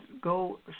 go